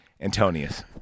Antonius